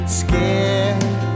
scared